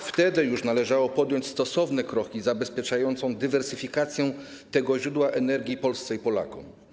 Już wtedy należało podjąć stosowne kroki zabezpieczające dywersyfikację tego źródła energii Polsce i Polakom.